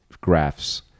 graphs